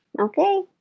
Okay